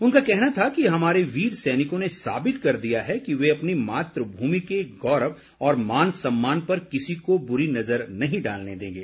उनका कहना था कि हमारे वीर सैनिकों ने साबित कर दिया है कि वे अपनी मात्मूमि के गौरव और मान सम्मान पर किसी को बुरी नजर नहीं डालने देंगे